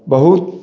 बहुत